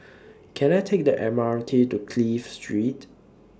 Can I Take The M R T to Clive Street